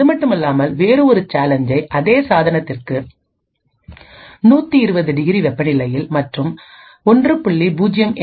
அதுமட்டுமல்லாமல் வேறு ஒரு சேலஞ்சை அதே சாதனத்திற்கு 120 டிகிரி வெப்பநிலையில் மற்றும் 1